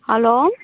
hello